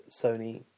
Sony